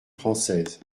française